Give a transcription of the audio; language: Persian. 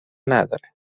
نداره